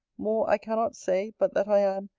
more i cannot say, but that i am,